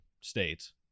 States